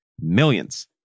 millions